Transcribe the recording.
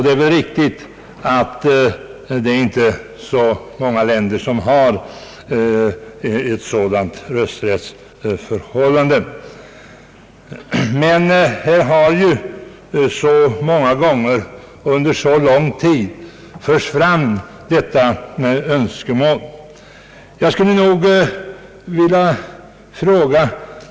Det är väl riktigt att ett sådant rösträttsförhållande inte förekommer i så många länder, men önskemålet har förts fram många gånger och under lång tid.